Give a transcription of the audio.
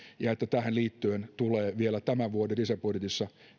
ja että tähän liittyen tulee vielä tämän vuoden lisäbudjettiin